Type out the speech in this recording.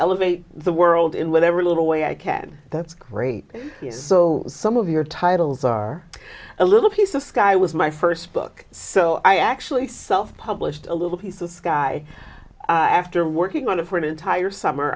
elevate the world in whatever little way i can that's great so some of your titles are a little piece of sky was my first book so i actually self published a little piece of sky after working on it for an entire summer